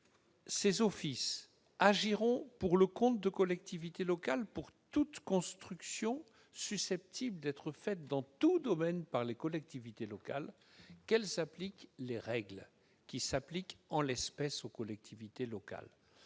ces offices agiront pour le compte de collectivités locales, pour toute construction susceptible d'être faite dans tout domaine par les collectivités locales, s'appliqueront les règles qui s'appliquent en l'occurrence aux collectivités locales